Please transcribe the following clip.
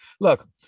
Look